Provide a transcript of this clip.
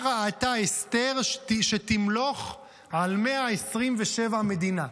מה ראתה אסתר שתמלוך על 127 מדינה?